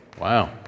Wow